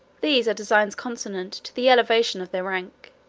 these are designs consonant to the elevation of their rank,